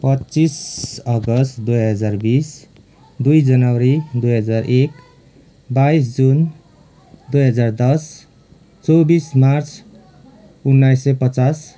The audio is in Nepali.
पच्चिस अगस्त दुई हजार बिस दुई जनवरी दुई हजार एक बाइस जुन दुई हजार दस चौबिस मार्च उन्नाइस सय पचास